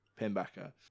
pinbacker